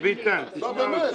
לא, באמת.